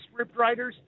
scriptwriters